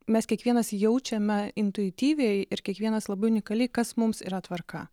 mes kiekvienas jaučiame intuityviai ir kiekvienas labai unikaliai kas mums yra tvarka